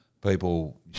people